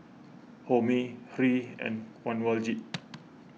Homi Hri and Kanwaljit